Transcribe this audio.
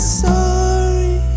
sorry